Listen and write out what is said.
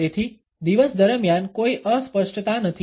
તેથી દિવસ દરમિયાન કોઈ અસ્પષ્ટતા નથી